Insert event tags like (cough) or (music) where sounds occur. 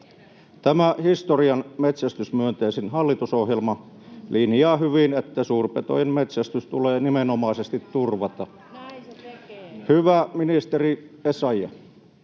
Tämä historian metsästysmyönteisin hallitusohjelma linjaa hyvin, että suurpetojen metsästys tulee nimenomaisesti turvata. (noise)